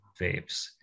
vapes